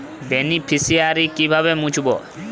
Beneficiary কিভাবে মুছব?